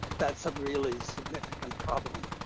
that's a really significant problem.